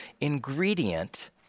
ingredient